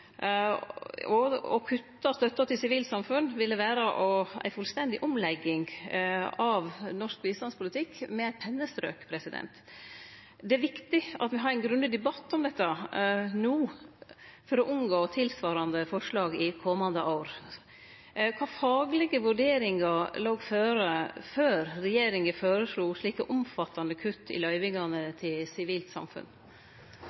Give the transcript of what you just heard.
Å kutte støtta til Sivilt samfunn ville vere ei fullstendig omlegging av norsk bistandspolitikk med eit pennestrøk. Det er viktig at me har ein grundig debatt om dette no for å unngå tilsvarande forslag i komande år. Kva faglege vurderingar låg føre før regjeringa føreslo slike omfattande kutt i